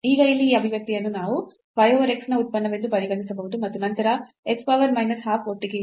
ಈಗ ಇಲ್ಲಿ ಈ ಅಭಿವ್ಯಕ್ತಿಯನ್ನು ನಾವು y over x ನ ಉತ್ಪನ್ನವೆಂದು ಪರಿಗಣಿಸಬಹುದು ಮತ್ತು ನಂತರ ಇಲ್ಲಿ x power minus half ಒಟ್ಟಿಗೆ ಇದೆ